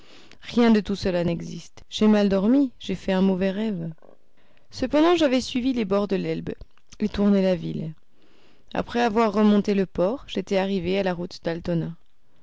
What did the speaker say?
rien de tout cela n'existe j'ai mal dormi j'ai fait un mauvais rêve cependant j'avais suivi les bords de l'elbe et tourné la ville après avoir remonté le port j'étais arrivé à la route